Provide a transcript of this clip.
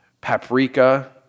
paprika